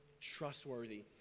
trustworthy